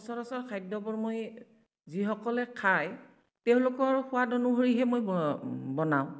সচৰাচৰ খাদ্য়বোৰ মই যিসকলে খাই তেওঁলোকৰ সোৱাদ অনুসৰিহে মই বনাওঁ